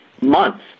months